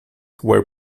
were